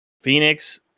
Phoenix